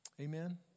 Amen